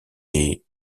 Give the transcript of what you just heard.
des